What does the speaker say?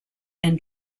and